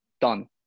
done